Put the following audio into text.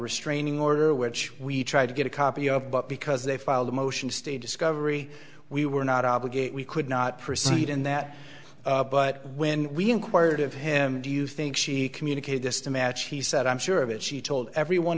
restraining order which we tried to get a copy of but because they filed a motion to stay discovery we were not obligate we could not proceed in that but when we inquired of him do you think she communicated this to match he said i'm sure of it she told everyone